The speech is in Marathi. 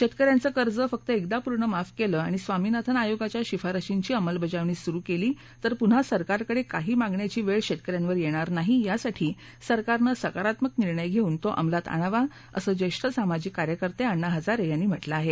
शेतकऱ्यांचं कर्ज फक्त एकदा पूर्ण माफ केलं आणि स्वामीनाथन आयोगाच्या शिफारशींची अंमलबजावणी सुरू केली तर पुन्हा सरकारकडे काही मागण्याची वेळ शेतकऱ्यांवर येणार नाही यासाठी सरकारनं सकारात्मक निर्णय घेऊन तो अंमलात आणावा असं ज्येष्ठ सामाजिक कार्यकर्ते अण्णा हजारे यांनी म्हटलं आहे